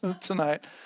tonight